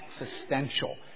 existential